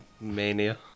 mania